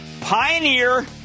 Pioneer